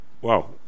Wow